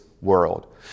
world